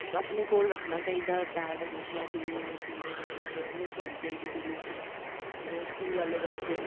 अपने कोल रखना चाहिदा पैड हमेशा कुड़ियां अवेयरनेस होनी चाहिदी कुड़ियें च ते ओह् स्कूल आह्ले दसदे